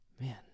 man